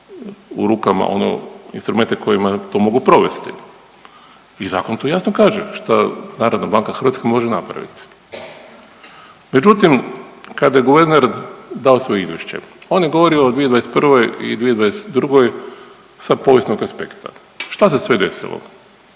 u rukama one instrumente kojima to mogu provesti i zakon tu jasno kaže šta Narodna banka Hrvatske može napravit. Međutim, kada je guverner dao svoje izvješće, on je govorio o 2021. i 2022. sa povijesnog aspekta. Šta se sve desilo?